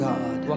God